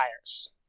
tires